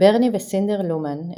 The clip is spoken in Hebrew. ברני וסינדר לומן,